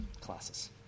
classes